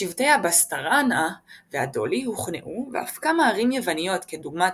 שבטי הבאסטראנאה והדולי הוכנעו ואף כמה ערים יווניות כדוגמת